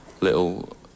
little